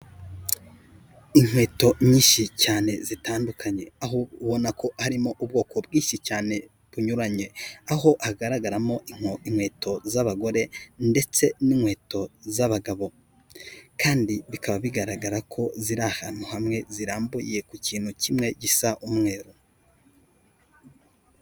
Inkweto nyinshi cyane zitandukanye, aho ubona ko harimo ubwoko bwinshi cyane bunyuranye aho hagaragaramo inkweto z'abagore ndetse n'inkweto z'abagabo kandi bikaba bigaragara ko ziri ahantu hamwe zirambuye ku kintu kimwe gisa umweru.